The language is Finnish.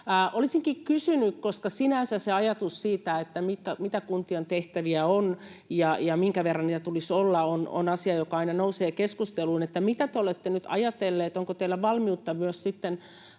Olisinkin kysynyt, että koska sinänsä ajatus siitä, mitä kuntien tehtäviä on ja minkä verran ja tulisi olla, on asia, joka aina nousee keskusteluun, niin mitä te olette nyt ajatelleet? Onko teillä valmiutta myös sitten